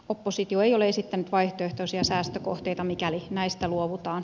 oppositio ei ole esittänyt vaihtoehtoisia säästökohteita mikäli näistä luovutaan